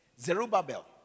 Zerubbabel